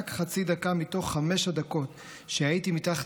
רק חצי דקה מתוך חמש הדקות שהייתי מתחת